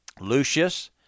Lucius